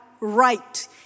right